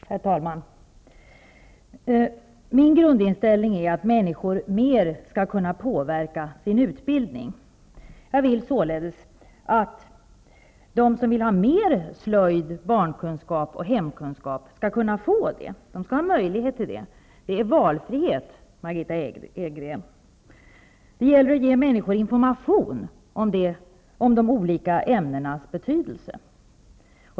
Herr talman! Min grundinställning är att människor mer skall kunna påverka sin utbildning. Jag anser således att de som vill ha mer slöjd, barnkunskap och hemkunskap skall ha möjlighet att få det. Det är valfrihet, Margitta Edgren. Det gäller att ge människor information om de olika ämnenas betydelse.